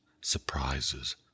surprises